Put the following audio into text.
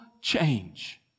change